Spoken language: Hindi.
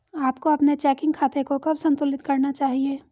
आपको अपने चेकिंग खाते को कब संतुलित करना चाहिए?